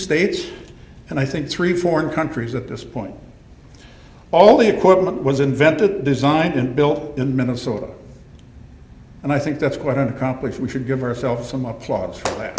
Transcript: states and i think three foreign countries at this point all the equipment was invented designed and built in minnesota and i think that's quite accomplished we should give ourselves some applause